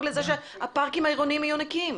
לזה שהפארקים העירוניים יהיו נקיים?